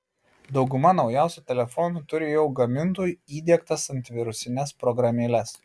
dauguma naujausių telefonų turi jau gamintojų įdiegtas antivirusines programėles